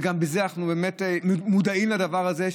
ואנחנו מודעים לדבר הזה,